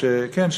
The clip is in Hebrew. כן,